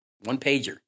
one-pager